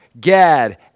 Gad